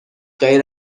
غیر